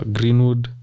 Greenwood